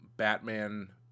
batman